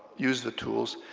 use the tools